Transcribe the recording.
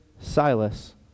Silas